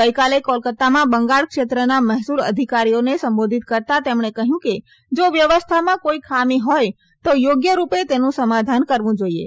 ગઈકાલે કોલકત્તામાં બંંગાળ ક્ષેત્રના મહેસુલ અધિકારીઓને સંબોધિત કરતા તેમણે કહ્યું કે જા વ્યવસ્થામાં કોઈ ખામી હોય તો યોગ્ય રૂપે તેનું સમાધાન કરવું જાઈએ